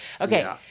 Okay